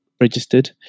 registered